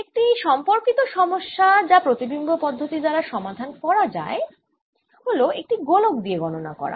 একটি সম্পর্কিত সমস্যা যা প্রতিবিম্ব পদ্ধতি দ্বারা সমাধান করা যায় হল একটি গোলক নিয়ে গননা করা